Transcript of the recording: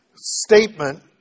statement